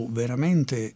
veramente